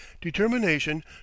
determination